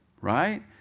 right